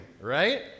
right